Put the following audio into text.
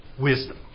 wisdom